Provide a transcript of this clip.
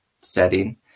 setting